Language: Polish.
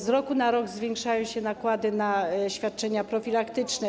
Z roku na rok zwiększają się nakłady na świadczenia profilaktyczne.